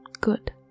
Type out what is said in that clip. good